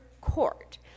court